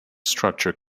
structure